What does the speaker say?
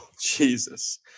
Jesus